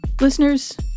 Listeners